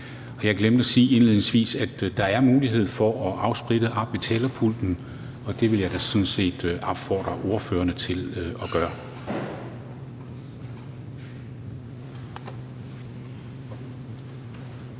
jeg glemte at sige indledningsvis, at der er mulighed for at afslutte oppe ved talerpulten, og det vil jeg da sådan set opfordre ordførerne til at gøre.